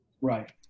Right